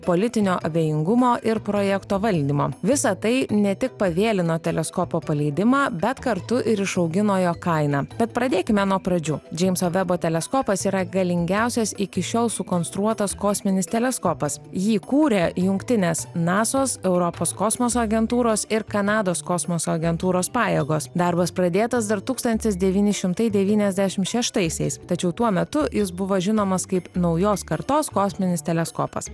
politinio abejingumo ir projekto valdymo visa tai ne tik pavėlino teleskopo paleidimą bet kartu ir išaugino jo kainą bet pradėkime nuo pradžių džeimso vebo teleskopas yra galingiausias iki šiol sukonstruotas kosminis teleskopas jį kūrė jungtinės nasos europos kosmoso agentūros ir kanados kosmoso agentūros pajėgos darbas pradėtas dar tūkstantis devyni šimtai devyniasdešimt šeštaisiais tačiau tuo metu jis buvo žinomas kaip naujos kartos kosminis teleskopas